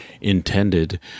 intended